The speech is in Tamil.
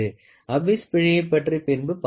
அபிஸ் பிழையை பற்றி பின்பு பார்க்கலாம்